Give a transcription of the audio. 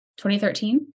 2013